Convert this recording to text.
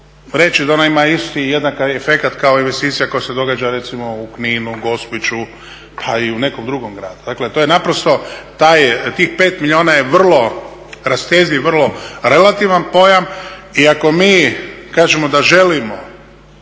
Zagrebu da ona ima isti i jednak efekat kao investicija koja se događa recimo u Kninu, Gospiću pa i u nekom drugom gradu. Dakle to je naprosto taj, tih 5 milijuna je vrlo rastezljiv, vrlo relativan pojam. I ako mi kažemo da želimo